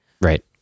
Right